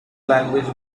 language